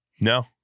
No